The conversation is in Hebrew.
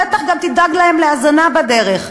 ובטח גם תדאג להם להזנה בדרך.